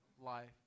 life